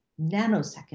nanosecond